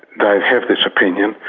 they have this opinion,